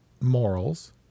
morals